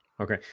Okay